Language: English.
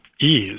ease